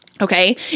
Okay